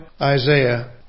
Isaiah